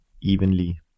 evenly